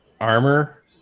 armor